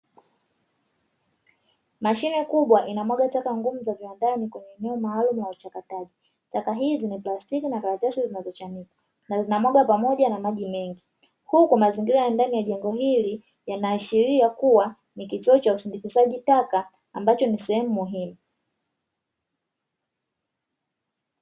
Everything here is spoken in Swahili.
Mashine kubwa, inamwaga taka ngumu za viwandani kwenye eneo maalumu la uchakataji. Taka hizi ni plastiki na karatasi zinazochanika. Zinamwagwa pamoja na maji mengi, huku mazingira ya ndani ya jengo hili yanaashiria kuwa ni kituo cha usindikaji taka ambacho ni sehemu muhimu.